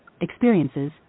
experiences